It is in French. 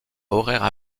horaires